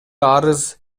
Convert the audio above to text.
арыз